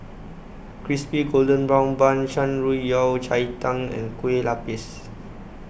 Crispy Golden Brown Bun Shan Rui Yao Cai Tang and Kueh Lapis